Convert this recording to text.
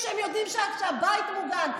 כשהם יודעים שהבית מוגן,